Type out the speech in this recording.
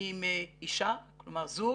עם אישה, כלומר זוג